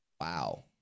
Wow